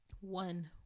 one